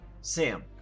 sam